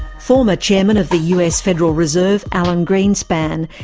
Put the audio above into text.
former chairman of the us federal reserve, alan greenspan,